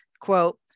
quote